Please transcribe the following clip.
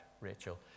Rachel